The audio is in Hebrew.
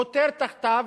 חותר תחתיו,